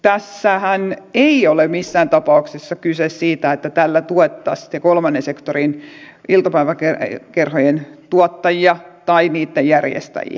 tässähän ei ole missään tapauksessa kyse siitä että tällä tuettaisiin kolmannen sektorin iltapäiväkerhojen tuottajia tai niitten järjestäjiä